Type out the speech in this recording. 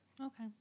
Okay